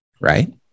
right